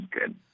good